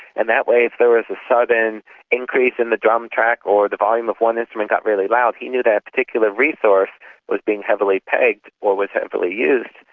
and that way if there was a sudden increase in the drum track or the volume of one instrument got really loud, he knew that particular resource was being heavily pegged or was heavily used.